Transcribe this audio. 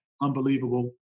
Unbelievable